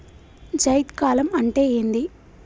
జైద్ కాలం అంటే ఏంది?